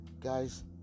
guys